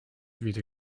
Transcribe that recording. weder